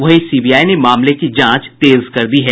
वहीं सीबीआई ने मामले की जांच तेज कर दी है